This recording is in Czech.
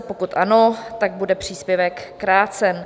Pokud ano, tak bude příspěvek krácen.